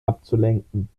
abzulenken